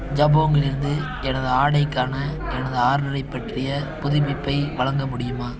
ஜபோங்கிலிருந்து எனது ஆடைக்கான எனது ஆர்டரைப் பற்றிய புதுப்பிப்பை வழங்க முடியுமா